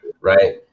right